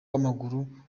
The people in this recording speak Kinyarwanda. w’amaguru